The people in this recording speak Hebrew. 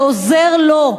זה עוזר לו,